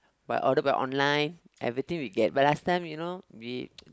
by order by online everything we get but last time you know we